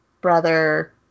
brother